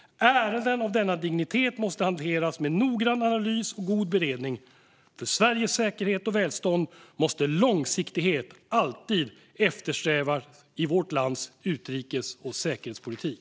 Ärenden av denna dignitet måste hanteras med noggrann analys och god beredning. För Sveriges säkerhet och välstånd måste långsiktighet alltid eftersträvas i vårt lands utrikes och säkerhetspolitik.